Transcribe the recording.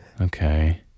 Okay